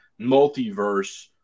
multiverse